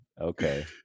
okay